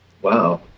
Wow